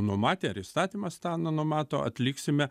numatę ar įstatymas tą numato atliksime